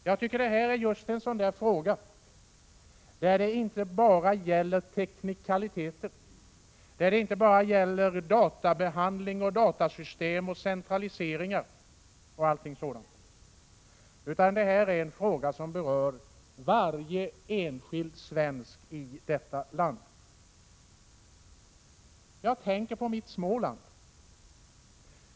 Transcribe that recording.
Jag tycker att just detta ärende inte bara gäller teknikaliteter, databehandling, datasystem, centraliseringar och allt sådant utan berör varje enskild svensk i vårt land. Jag tänker på mitt Småland.